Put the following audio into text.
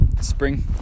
Spring